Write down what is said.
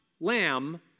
lamb